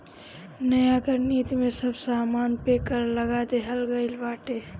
नया कर नीति में सब सामान पे कर लगा देहल गइल बाटे